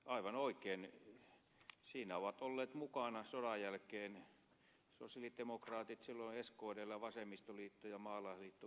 aivan oikein siinä ovat olleet mukana sodan jälkeen sosialidemokraatit silloinen skdl ja vasemmistoliitto sekä maalaisliittokeskusta